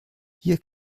hier